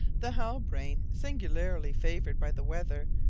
the halbrane, singularly favoured by the weather,